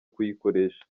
kuyikoresha